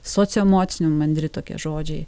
socioemocinių mandri tokie žodžiai